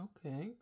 Okay